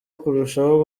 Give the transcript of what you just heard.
kurushaho